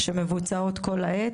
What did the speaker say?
שמבוצעות כל העת.